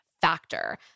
factor